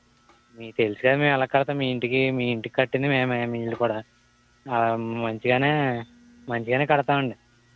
మీకు తెలుసు కదా మేము ఎలా కడతామో మీ ఇంటికి మీ ఇంటికి కట్టింది మేమే మీ ఇల్లు కూడా ఆ మంచిగానే మంచిగానే కడతామండి